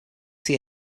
see